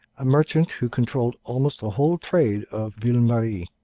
a merchant who controlled almost the whole trade of ville-marie.